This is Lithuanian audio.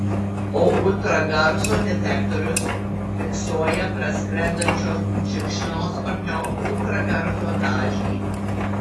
o ultragarso detektorius fiksuoja praskrendančio šikšnosparnio ultragarso dažnį